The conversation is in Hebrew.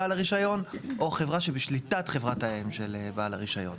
בעל הרישיון או חברה שבשליטת חברת האם של בעל הרישיון.